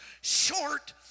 short